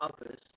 others